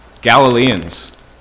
Galileans